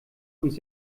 uns